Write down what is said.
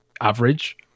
average